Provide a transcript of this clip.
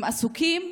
הם עסוקים